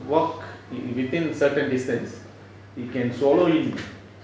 walk within certain distance you can swallow in